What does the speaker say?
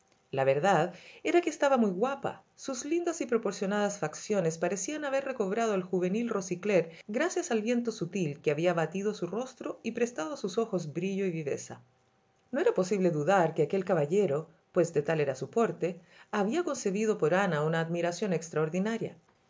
la verdad era que estaba muy guapa sus lindas y proporcionadas facciones parecían haber recobrado el juvenil rosicler gracias al viento sutil que había batido su rostro y prestado a sus ojos brillo y viveza no era posible dudar que aquel caballeropues de tal era su portehabía concebido por ana una admiración extraordinaria